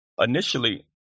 Initially